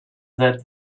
that